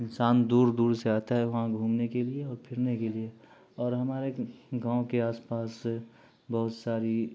انسان دور دور سے آتا ہے وہاں گھومنے کے لیے اور پھرنے کے لیے اور ہمارے گاؤں کے آس پاس بہت ساری